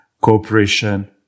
cooperation